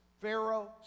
Pharaoh